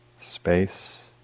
space